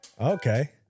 Okay